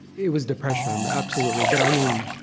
it was depression absolutely. but i mean,